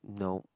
nope